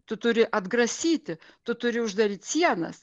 tu turi atgrasyti tu turi uždaryt sienas